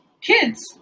kids